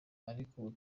ubu